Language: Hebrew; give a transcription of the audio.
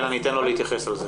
אני אתן לו להתייחס לזה.